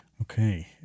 Okay